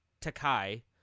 Takai